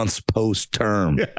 post-term